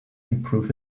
improve